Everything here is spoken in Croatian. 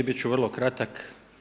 Bit ću vrlo kratak.